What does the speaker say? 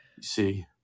See